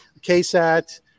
KSAT